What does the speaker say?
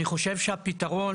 אני חושב שהפתרון